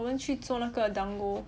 我们去做那个 dango